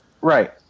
right